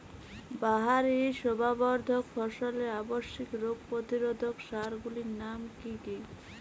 বাহারী শোভাবর্ধক ফসলের আবশ্যিক রোগ প্রতিরোধক সার গুলির নাম কি কি?